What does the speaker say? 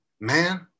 man